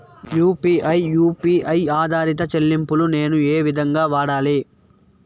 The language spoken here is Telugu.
యు.పి.ఐ యు పి ఐ ఆధారిత చెల్లింపులు నేను ఏ విధంగా వాడాలి?